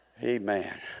Amen